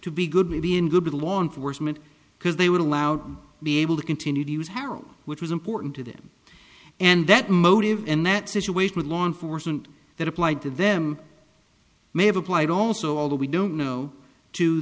to be good maybe in good law enforcement because they would allow to be able to continue to use heroin which was important to them and that motive and that situation with law enforcement that applied to them may have applied also although we don't know to